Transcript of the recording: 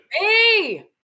Hey